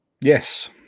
Yes